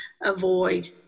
avoid